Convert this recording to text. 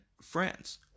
France